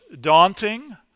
daunting